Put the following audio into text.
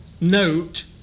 note